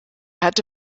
hatte